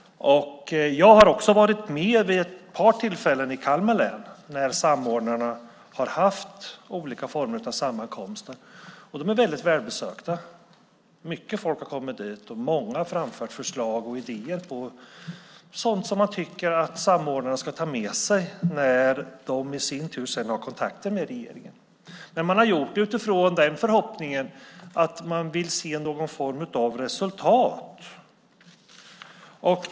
Jag har också varit med vid ett par tillfällen i Kalmar län när samordnarna har haft olika former av sammankomster. De är väldigt välbesökta. Mycket folk har kommit dit, och många har framfört förslag och idéer på sådant som man tycker att samordnarna ska ta med sig när de i sin tur sedan har kontakter med regeringen. Det har man gjort utifrån förhoppningen att kunna få se någon form av resultat.